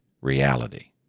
reality